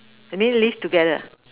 that means live together